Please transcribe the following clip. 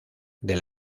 del